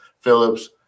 Phillips